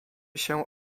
się